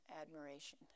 admiration